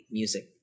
music